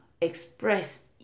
express